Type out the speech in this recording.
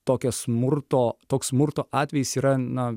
tokio smurto toks smurto atvejis yra na